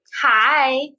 Hi